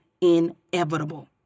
inevitable